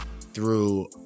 through-